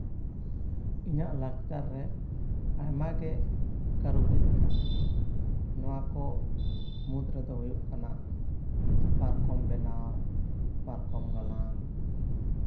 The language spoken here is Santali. ᱤᱧᱟᱹᱜ ᱞᱟᱠᱪᱟᱨ ᱨᱮ ᱟᱭᱢᱟ ᱜᱮ ᱠᱟᱨᱩ ᱵᱤᱨᱤᱫ ᱵᱮᱱᱟᱜᱼᱟ ᱱᱚᱣᱟ ᱠᱚ ᱢᱩᱫ ᱨᱮᱫᱚ ᱦᱩᱭᱩᱜ ᱠᱟᱱᱟ ᱯᱟᱨᱠᱚᱢ ᱵᱮᱱᱟᱣ ᱯᱟᱨᱠᱚᱢ ᱜᱟᱞᱟᱝ